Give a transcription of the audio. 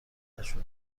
نشده